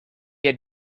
had